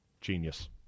Genius